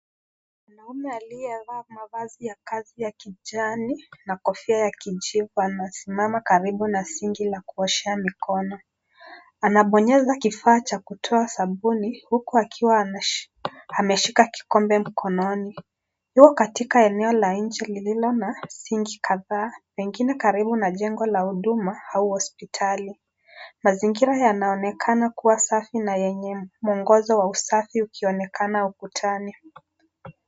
Mwanamume aliyevaa mavazi ya kazi ya kijani na kofia ya kijivu anasimama karibu na sinki la kuoshea mikono. Anabonyeza kifaa cha kutoa sabuni huku akiwa ameshika kikombe mkononi. Yu katika eneo la nje lililo na sinki kadhaa, pengine karibu na jengo la huduma au hospitali. Mazingira yanaonekana kuwa safi na yenye mwongozo wa usafi ukionekana ukutani.